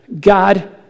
God